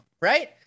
right